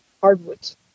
hardwoods